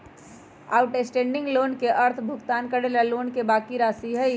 outstanding loan के अर्थ भुगतान करे ला लोन के बाकि राशि हई